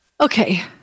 okay